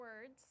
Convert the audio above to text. words